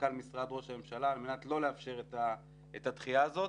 מנכ"ל משרד ראש הממשלה על-מנת לא לאפשר את הדחייה הזאת.